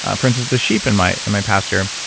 ah for instance the sheep in my and my pasture,